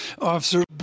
officer